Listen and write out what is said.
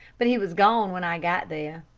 but he was gone when i got there.